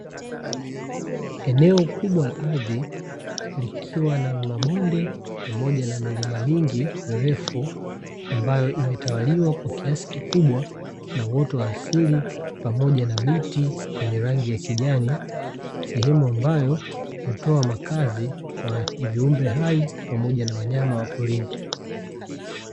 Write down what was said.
Eneo kubwa la ardhi likiwa na mabonde pamoja na milima mingi mirefu ambayo imetawaliwa kwa kiasi kikubwa na uoto wa asili pamoja na miti yenye rangi ya kijani, sehemu ambayo hutoa makazi kwa viumbe hai na wanyama wa porini.